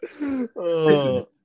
listen